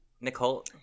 Nicole